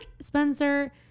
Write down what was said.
Spencer